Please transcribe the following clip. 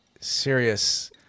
Serious